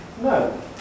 No